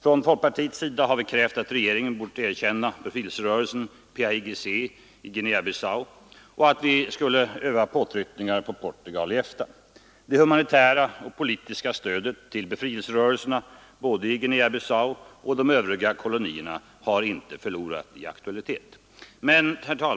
Från folkpartiet har vi krävt att regeringen skall erkänna befrielserörelsen PAIGC i Guinea-Bissau och att Sverige skall utöva påtryckningar på Portugal i EFTA. Det humanitära och politiska stödet till befrielserörelserna i Guinea-Bissau och i de övriga kolonierna har inte förlorat i aktualitet.